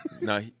No